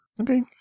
Okay